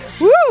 Woo